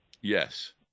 Yes